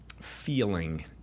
feeling